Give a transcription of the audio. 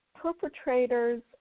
perpetrators